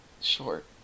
Short